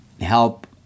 help